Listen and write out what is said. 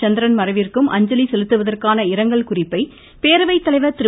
சந்திரன் மறைவிற்கும் அஞ்சலி செலுத்துவதற்கான இரங்கல் குறிப்பை பேரவை தலைவர் திரு